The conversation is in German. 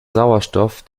sauerstoff